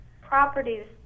properties